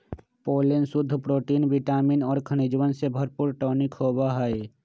pollen शुद्ध protein vitamin और खनिजवन से भरपूर टॉनिक होबा हई